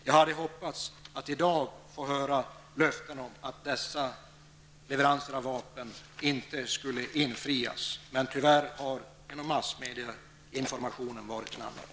Jag hade hoppats att i dag få höra ett löfte om att leveranserna av vapen inte skulle komma till stånd. Tyvärr har massmedias information varit en annan.